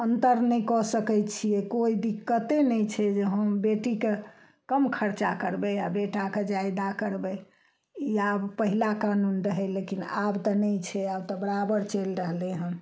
अन्तर नहि कऽ सकय छियै कोइ दिक्कतो नहि छै जे हम बेटीके कम खर्चा करबय आओर बेटाके जादा करबय ई आब पहिला कानून रहय लेकिन आब तऽ नहि छै आब तऽ बराबर चलि रहलय हन